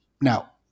now